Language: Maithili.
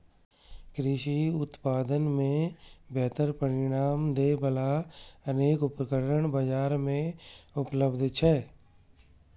कृषि उत्पादन मे बेहतर परिणाम दै बला अनेक उपकरण बाजार मे उपलब्ध छै